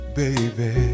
baby